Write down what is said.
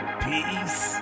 peace